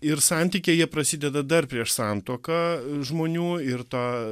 ir santykiai jie prasideda dar prieš santuoką žmonių ir ta